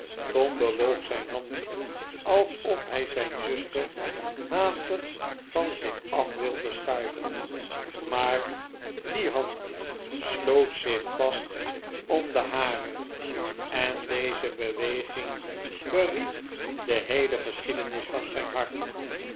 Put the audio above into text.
tom bewoog zijn hand alsof hij zijn zuster haastig van zich af wilde schuiven maar die hand sloot zich vast om de hare broer en zuster sloeg haar armen om zijn hals